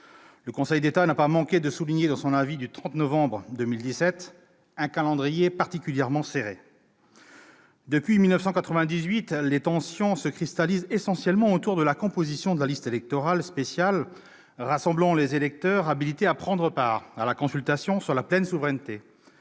Le Conseil d'État n'a pas manqué de souligner, dans son avis du 30 novembre 2017, un calendrier particulièrement serré. Depuis 1998, les tensions se cristallisent essentiellement autour de la composition de la liste électorale spéciale rassemblant les électeurs habilités à prendre part à la consultation sur la pleine souveraineté,